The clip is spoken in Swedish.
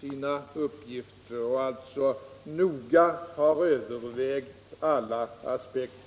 sina uppgifter och alltså noga har övervägt alla aspekter.